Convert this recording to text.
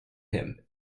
him